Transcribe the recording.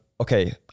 okay